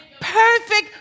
Perfect